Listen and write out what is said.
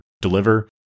deliver